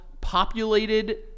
populated